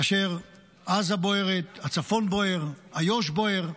כאשר עזה בוערת, הצפון בוער, איו"ש בוער,